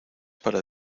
para